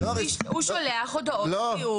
הוא שולח הודעות חיוב.